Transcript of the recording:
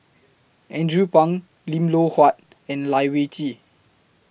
Andrew Phang Lim Loh Huat and Lai Weijie